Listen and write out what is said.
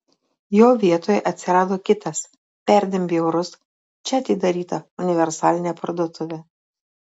jo vietoje atsirado kitas perdėm bjaurus čia atidaryta universalinė parduotuvė